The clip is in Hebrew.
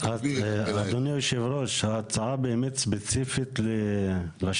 אדוני היושב ראש, ההצעה באמת ספציפית לשטחים?